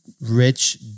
rich